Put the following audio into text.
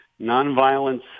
nonviolence